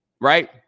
Right